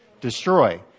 destroy